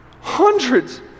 Hundreds